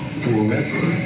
forever